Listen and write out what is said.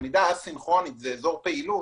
למידה א-סינכרונית זה אזור פעילות